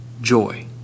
joy